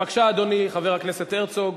בבקשה, אדוני, חבר הכנסת הרצוג,